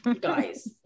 guys